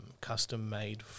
custom-made